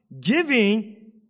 Giving